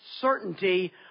certainty